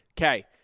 Okay